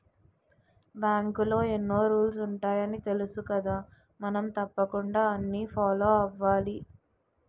బాంకులో ఎన్నో రూల్సు ఉంటాయని తెలుసుకదా మనం తప్పకుండా అన్నీ ఫాలో అవ్వాలి